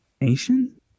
Nation